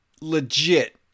legit